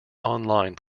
online